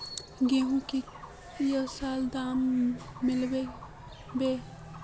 गेंहू की ये साल दाम मिलबे बे?